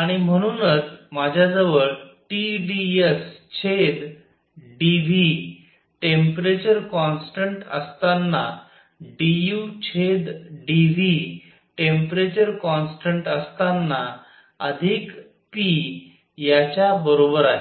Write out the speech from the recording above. आणि म्हणूनच माझ्याजवळ T dS छेद d V टेम्परेचर कॉन्स्टन्ट असताना d U छेद d V टेम्परेचर कॉन्स्टन्ट असताना अधिक p याच्या बरोबर आहे